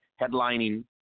headlining